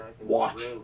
watch